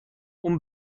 اون